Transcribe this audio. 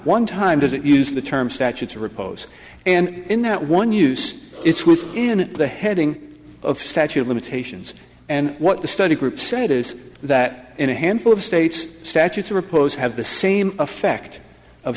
time does it use the term statutes of repose and in that one use it's was in the heading of statute of limitations and what the study group said is that in a handful of states statutes of repose have the same effect of